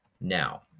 Now